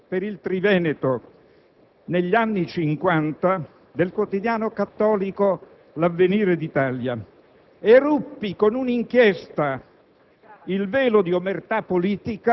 Ero caporedattore per il Triveneto, negli anni '50, del quotidiano cattolico "L'Avvenire d'Italia" e ruppi, con un'inchiesta,